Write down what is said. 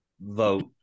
vote